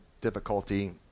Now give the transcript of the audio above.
difficulty